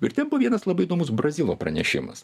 ir ten buvo vienas labai įdomus brazilo pranešimas